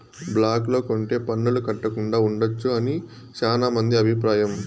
black లో కొంటె పన్నులు కట్టకుండా ఉండొచ్చు అని శ్యానా మంది అభిప్రాయం